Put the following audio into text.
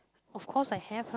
of course I have